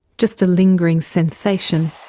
just a lingering sensation,